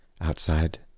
outside